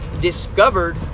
discovered